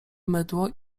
mydło